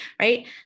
right